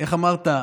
איך אמרת?